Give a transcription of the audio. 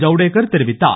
ஜவ்டேகர் தெரிவித்தார்